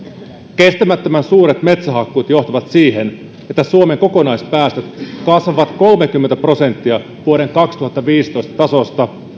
kestämättömän suuret metsähakkuut johtavat siihen että suomen kokonaispäästöt kasvavat kolmekymmentä prosenttia vuoden kaksituhattaviisitoista tasosta